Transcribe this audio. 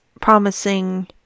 promising